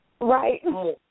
Right